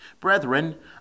Brethren